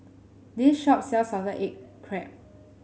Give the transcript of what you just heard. this shop sells Salted Egg Crab